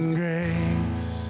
grace